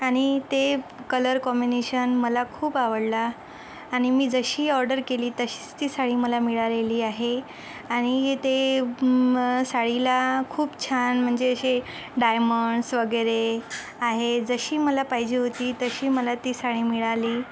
आणि ते colour combination मला खूप आवडला आणि मी जशी ऑर्डर केली तशीच ती साडी मला मिळालेली आहे आणि ते साडीला खूप छान म्हणजे असे डायमंडस वगैरे आहेत जशी मला पाहिजे होती तशी मला ती साडी मिळाली